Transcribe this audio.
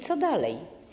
Co dalej?